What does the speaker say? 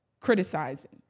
criticizing